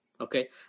okay